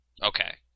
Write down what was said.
Okay